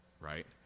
right